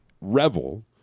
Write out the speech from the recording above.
revel